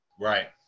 Right